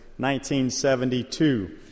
1972